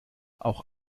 auch